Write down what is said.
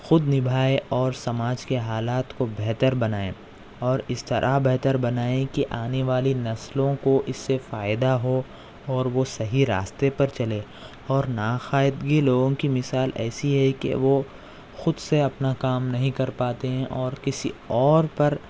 خود نبھائے اور سماج کے حالات کو بہتر بنائے اور اس طرح بہتر بنائے کہ آنے والی نسلوں کو اس سے فائدہ ہو اور وہ صحیح راستے پر چلے اور ناخواندگی لوگوں کی مثال ایسی ہے کہ وہ خود سے اپنا کام نہیں کر پاتے ہیں اور کسی اور پر